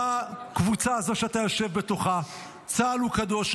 בקבוצה הזו שאתה יושב בתוכה צה"ל הוא קדוש,